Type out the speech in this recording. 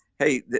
Hey